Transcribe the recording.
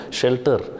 shelter